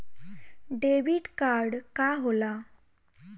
Debit card का होला?